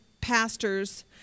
pastors